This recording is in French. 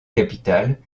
capitale